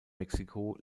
mexiko